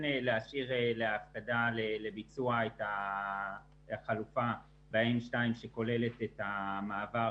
להשאיר להפקדה ולביצוע את החלופה ב-M2 שכוללת את המעבר